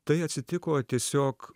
tai atsitiko tiesiog